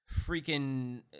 freaking